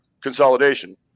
consolidation